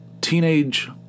teenage